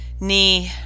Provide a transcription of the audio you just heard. knee